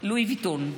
לואי ויטון.